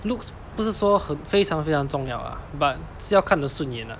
looks 不是说很非常非常重要啊 but 是要看得顺眼啊